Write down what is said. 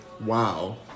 Wow